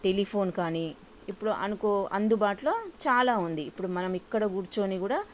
telephone కానీ ఇప్పుడు అనుకో అందుబాటులో చాలా ఉంది ఇప్పుడు మనం ఇక్కడ కూర్చొని కూడా